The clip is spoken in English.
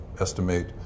estimate